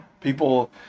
people